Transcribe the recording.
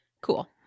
Cool